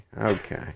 okay